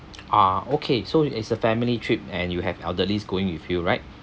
ah okay so is a family trip and you have elderlies going with you right